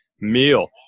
meal